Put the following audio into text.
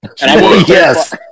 Yes